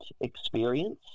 experience